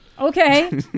Okay